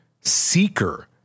seeker